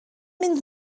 mynd